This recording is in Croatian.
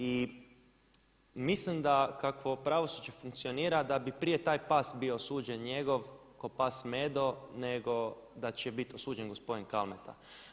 I mislim da kako pravosuđe funkcionira da bi prije taj pas bio osuđen njegov ko pas Medo nego da će biti osuđen gospodin Kalmeta.